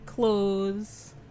Clothes